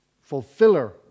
fulfiller